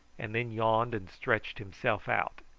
and then yawned and stretched himself out.